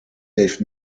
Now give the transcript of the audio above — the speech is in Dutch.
heeft